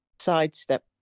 Sidestep